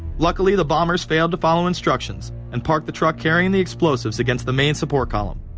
luckily the bombers failed to follow instructions. and parked the truck carrying the explosives. against the main support column.